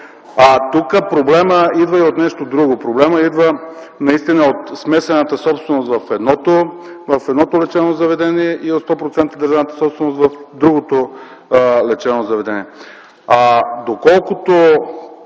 Тук проблемът идва и от нещо друго – проблемът идва наистина от смесената собственост в едното лечебно заведение и от 100-процентовата държавна собственост в другото лечебно заведение.